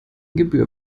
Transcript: gebühr